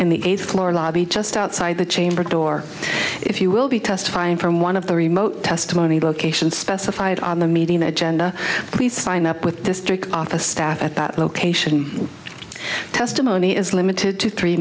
in the eighth floor lobby just outside the chamber door if you will be testifying from one of the remote testimony locations specified on the medium agenda please sign up with district office staff at that location testimony is limited to three